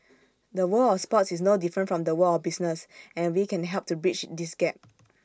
the world of sports is no different from the world of business and we can help to bridge this gap